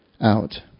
out